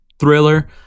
thriller